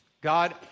God